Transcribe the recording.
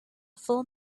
full